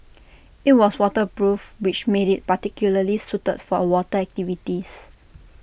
IT was waterproof which made IT particularly suited for water activities